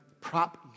prop